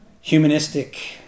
humanistic